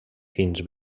fins